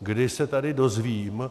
Kdy se tady dozvím,